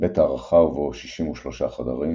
בית הארחה ובו 63 חדרים,